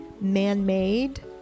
man-made